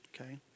Okay